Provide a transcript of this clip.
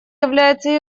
является